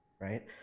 right